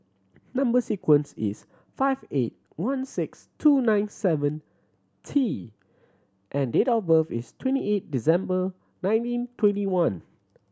number sequence is five eight one six two nine seven T and date of birth is twenty eight December nineteen twenty one